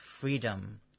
freedom